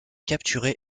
capturé